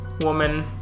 woman